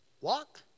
Walk